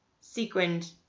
sequined